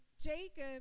Jacob